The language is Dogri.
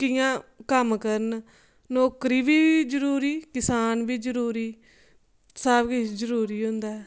कियां कम्म करन नौकरी बी जरूरी किसान बी जरूरी सब किश जरूरी होंदा